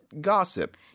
gossip